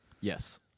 Yes